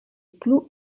plu